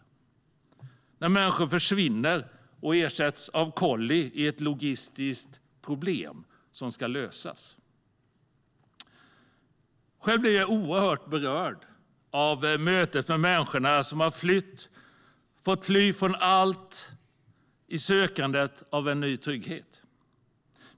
Det kan leda till att människan försvinner och ersätts av ett kolli i ett logistiskt problem som ska lösas. Själv blev jag oerhört berörd av mötet med de människor som har fått fly från allt sitt i sökande efter trygghet.